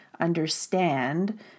understand